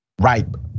ripe